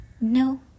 No